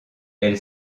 elle